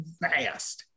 fast